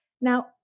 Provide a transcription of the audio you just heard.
Now